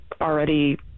already